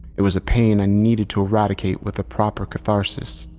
it was a pain i needed to eradicate with the proper catharsis.